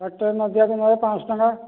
tractor ନଦିବାକୁ ନେବ ପାଞ୍ଚଶହ ଟଙ୍କା